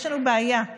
יש לנו בעיה עם